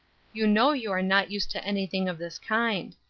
you know you are not used to anything of this kind.